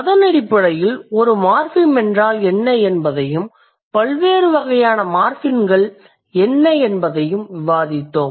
அதனடிப்படையில் ஒரு மார்ஃபிம் என்றால் என்ன என்பதையும் பல்வேறு வகையான மார்ஃபிம்கள் என்ன என்பதையும் விவாதித்தோம்